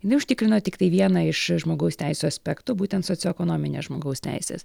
jinai užtikrino tiktai vieną iš žmogaus teisių aspektų būtent socioekonomines žmogaus teises